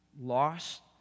lost